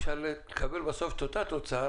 אפשר לקבל בסוף את אותה תוצאה,